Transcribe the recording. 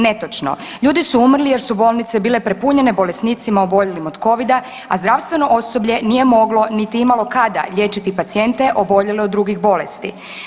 Netočno, ljudi su umrli jer su bile prepunjene bolesnicima oboljelim od covida, a zdravstveno osoblje nije moglo niti imalo kada liječiti pacijente oboljele od drugih bolesti.